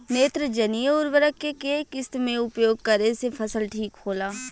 नेत्रजनीय उर्वरक के केय किस्त मे उपयोग करे से फसल ठीक होला?